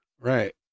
Right